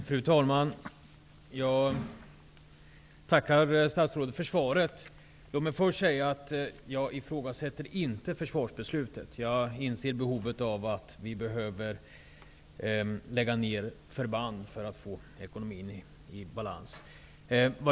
Fru talman! Jag tackar statsrådet för svaret. Låt mig först säga att jag inte ifrågasätter försvarsbeslutet. Jag inser att vi behöver lägga ner förband för att få ekonomin i balans.